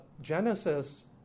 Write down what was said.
genesis